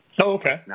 okay